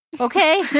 okay